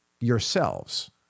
yourselves